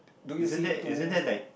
isn't that isn't that like